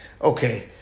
okay